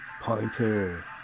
pointer